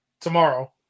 tomorrow